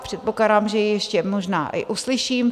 Předpokládám, že ji ještě možná i uslyším.